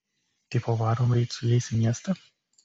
tipo varom ryt su jais į miestą